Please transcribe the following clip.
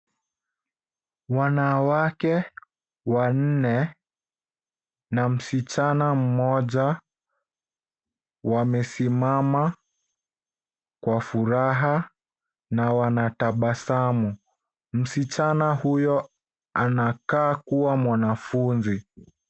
Wanawake wanne na msichana mmoja wamesimama kwa furaha na wanatabasamu. Msichana huyo anakaa kuwa mwanafunzi.